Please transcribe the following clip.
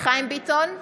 חיים ביטון,